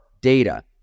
data